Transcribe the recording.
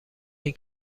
این